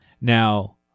Now